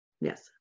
yes